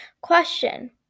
Question